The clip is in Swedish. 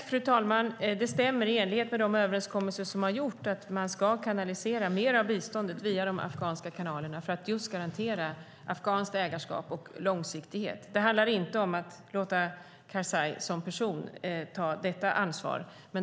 Fru talman! Det stämmer. I enlighet med de överenskommelser som har gjorts ska mer av biståndet gå via de afghanska kanalerna för att just garantera afghanskt ägarskap och långsiktighet. Det handlar inte om att låta Karzai som person ta detta ansvar.